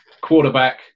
quarterback